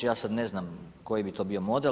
Ja sad ne znam koji bi to bio model.